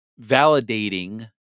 validating